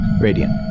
Radiant